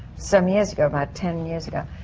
some years ago. about ten years ago.